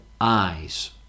eyes